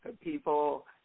people